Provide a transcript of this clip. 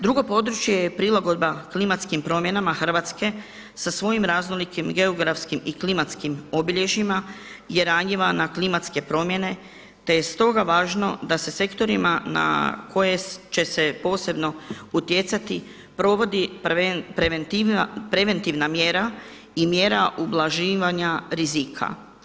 Drugo područje je prilagodba klimatskim promjenama Hrvatske sa svojim raznolikim i geografskim i klimatskim obilježjima je ranjiva na klimatske promjene te je stoga važno da se sektorima na koje će se posebno utjecati provodi preventivna mjera i mjera ublaživanja rizika.